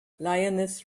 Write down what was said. lioness